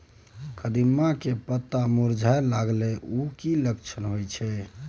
कदिम्मा के पत्ता मुरझाय लागल उ कि लक्षण होय छै?